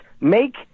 make